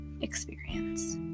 experience